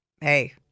Hey